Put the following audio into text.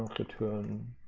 return